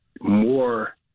more